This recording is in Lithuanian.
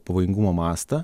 pavojingumo mastą